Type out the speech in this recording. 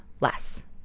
less